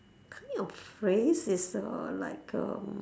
a phrase is uh like um